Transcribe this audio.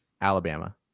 Alabama